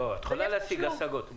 לא, את יכולה להשיג השגות על שומה.